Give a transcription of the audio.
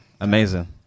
Amazing